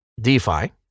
DeFi